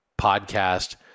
Podcast